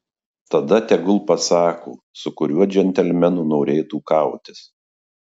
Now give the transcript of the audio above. tada tegul pasako su kuriuo džentelmenu norėtų kautis